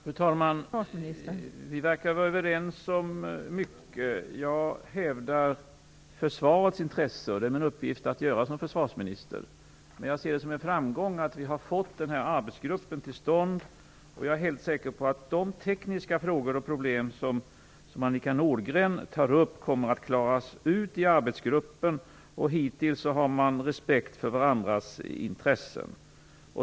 Fru talman! Vi verkar att vara överens om mycket. Jag hävdar försvarets intressen, vilket är min uppgift som försvarsminister. Men jag ser det som en framgång att arbetsgruppen har kommit till stånd. Jag är helt säker på att de tekniska frågor och problem som Annika Nordgren tar upp kommer att klaras ut i arbetsgruppen. Hittills har man haft respekt för varandras intressen.